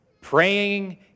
praying